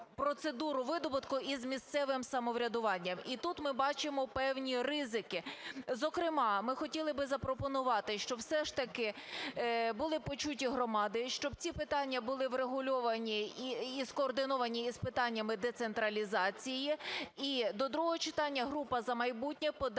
процедуру видобутку із місцевим самоврядуванням. І тут ми бачимо певні ризики. Зокрема, ми хотіли би запропонувати, щоб все ж таки були почуті громади. Щоб ці питання були врегульовані і скоординовані з питаннями децентралізації. І до другого читання група "За майбутнє" подасть